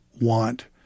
want